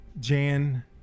Jan